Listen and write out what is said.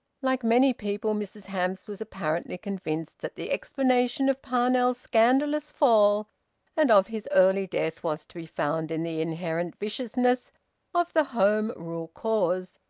like many people mrs hamps was apparently convinced that the explanation of parnell's scandalous fall and of his early death was to be found in the inherent viciousness of the home rule cause,